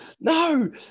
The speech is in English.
no